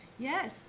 Yes